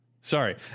Sorry